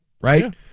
right